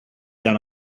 down